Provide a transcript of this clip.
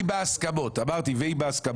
אמרתי ואם בהסכמות.